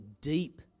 deep